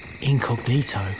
incognito